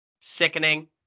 sickening